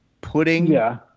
putting